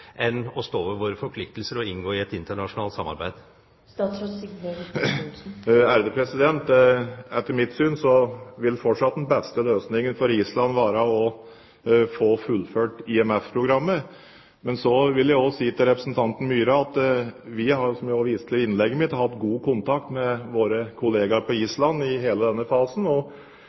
enn å stå ved våre forpliktelser og inngå i et internasjonalt samarbeid? Etter mitt syn vil fortsatt den beste løsningen for Island være å få fullført IMF-programmet. Så vil jeg si til representanten Myhre at vi også har hatt – som jeg også viste til i innlegget mitt – god kontakt med våre kollegaer på Island i hele denne fasen, og